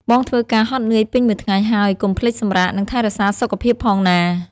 បងធ្វើការហត់នឿយពេញមួយថ្ងៃហើយ កុំភ្លេចសម្រាក និងថែរក្សាសុខភាពផងណា។